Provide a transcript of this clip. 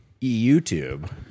YouTube